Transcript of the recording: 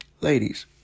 ladies